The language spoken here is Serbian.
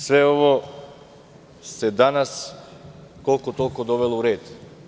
Sve ovo se danas koliko-toliko dovelo u red.